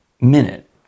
minute